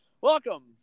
Welcome